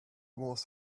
was